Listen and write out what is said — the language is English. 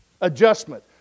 adjustment